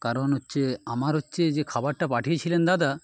কারণ হচ্ছে আমার হচ্ছে যে খাবারটা পাঠিয়েছিলেন দাদা